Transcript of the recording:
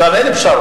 שם אין פשרות.